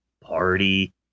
party